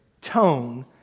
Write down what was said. tone